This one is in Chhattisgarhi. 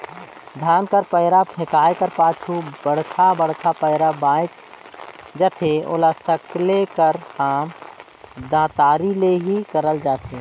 धान कर पैरा फेकाए कर पाछू बड़खा बड़खा पैरा बाएच जाथे ओला सकेले कर काम दँतारी ले ही करल जाथे